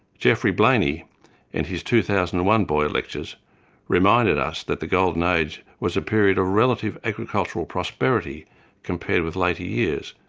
geoffrey blainey in his two thousand and one boyer lectures reminded us that the golden age was a period of relative agricultural prosperity compared with later years,